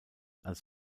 als